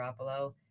Garoppolo